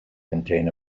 contain